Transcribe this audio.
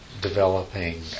developing